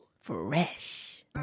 fresh